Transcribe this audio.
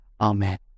Amen